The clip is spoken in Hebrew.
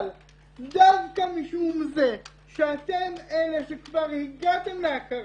אבל דווקא משום זה שאתם אלה שכבר הגעתם להכרה,